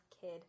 kid